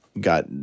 got